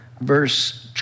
verse